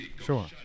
Sure